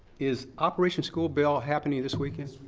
is operation school bell happening this weekend